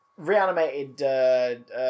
reanimated